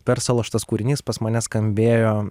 persalo šitas kūrinys pas mane skambėjo